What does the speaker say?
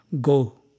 go